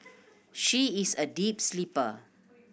she is a deep sleeper